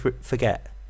forget